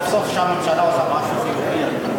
לפחות משהו אחד.